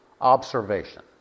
observation